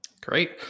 great